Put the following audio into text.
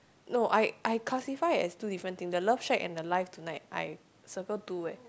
no I I classify it as two different thing the love shack and the life tonight I circle two eh